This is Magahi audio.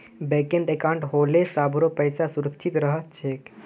बैंकत अंकाउट होले सभारो पैसा सुरक्षित रह छेक